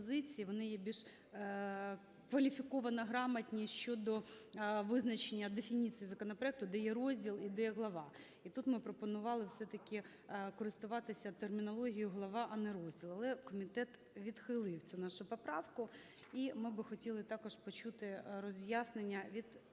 вони є більш кваліфіковано грамотні щодо визначення дефініцій законопроекту, де є "розділ" і де є "глава". І тут ми пропонували все-таки користуватися термінологією "глава", а не "розділ". Але комітет відхилив цю нашу поправку. І ми би хотіли також почути роз'яснення від